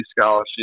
scholarship